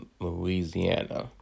Louisiana